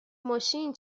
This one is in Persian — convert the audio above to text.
ماشین